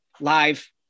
live